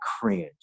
cringe